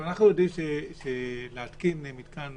אנחנו יודעים שכדי להתקין מתקן